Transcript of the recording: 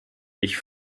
ich